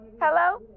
Hello